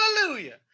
Hallelujah